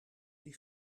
die